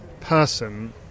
person